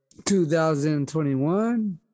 2021